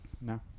No